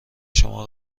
شما